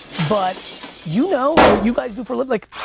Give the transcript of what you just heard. but you know, what you guys do for a living, like